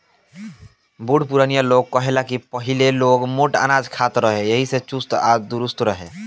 बुढ़ पुरानिया लोग कहे ला की पहिले लोग मोट अनाज खात रहे एही से चुस्त आ दुरुस्त रहत रहे